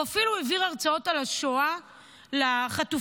הוא אפילו העביר הרצאות על השואה לחטופים.